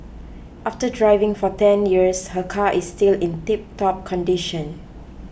after driving for ten years her car is still in tiptop condition